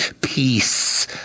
peace